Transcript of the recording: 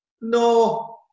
no